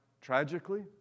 tragically